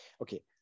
Okay